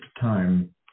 time